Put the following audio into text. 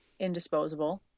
indisposable